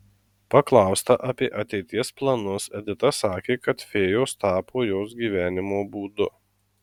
paklausta apie ateities planus edita sakė kad fėjos tapo jos gyvenimo būdu